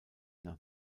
nach